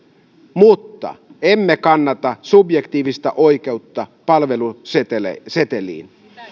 mutta emme kannata subjektiivista oikeutta palveluseteliin